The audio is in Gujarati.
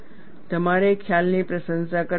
તમારે ખ્યાલની પ્રશંસા કરવી પડશે